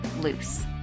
loose